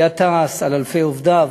היה תע"ש, על אלפי עובדיו,